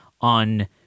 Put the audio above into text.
on